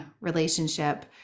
relationship